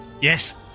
Yes